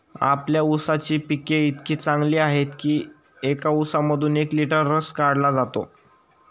आपल्या ऊसाची पिके इतकी चांगली आहेत की एका ऊसामधून एक लिटर रस काढला जातो